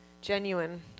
genuine